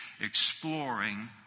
exploring